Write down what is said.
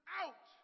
out